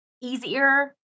easier